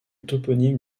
toponyme